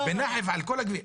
בנחף על כל הכביש.